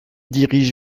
dirige